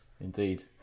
Indeed